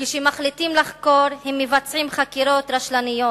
וכשהם מחליטים לחקור, הם מבצעים חקירות רשלניות.